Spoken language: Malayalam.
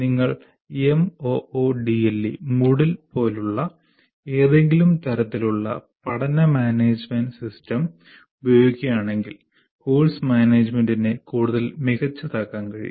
നിങ്ങൾ MOODLE പോലുള്ള ഏതെങ്കിലും തരത്തിലുള്ള പഠന മാനേജുമെന്റ് സിസ്റ്റം ഉപയോഗിക്കുകയാണെങ്കിൽ കോഴ്സ് മാനേജ്മെന്റിനെ കൂടുതൽ മികച്ചതാക്കാൻ കഴിയും